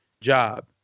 job